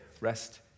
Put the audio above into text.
rest